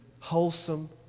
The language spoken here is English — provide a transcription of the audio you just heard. wholesome